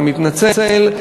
אני מתנצל,